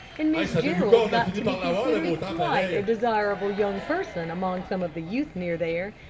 and miss jerrold got to be considered quite a desirable young person among some of the youth near there,